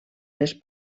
les